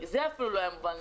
זה לא היה מובן מאליו.